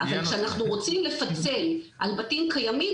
אבל כשאנחנו רוצים לפצל על בתים קיימים,